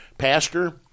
Pastor